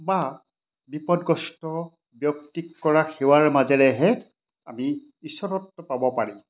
বা বিপদগ্ৰস্ত ব্যক্তিক কৰা সেৱাৰ মাজেৰেহে আমি ঈশ্বৰত্ব পাব পাৰিম